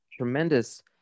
tremendous